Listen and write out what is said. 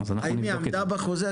האם היא עמדה בחוזה?